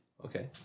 Okay